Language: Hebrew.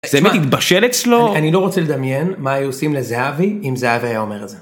אני לא רוצה לדמיין מה היו עושים לזהבי אם זהבי היה אומר את זה.